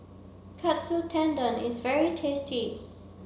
Katsu Tendon is very tasty